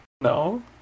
No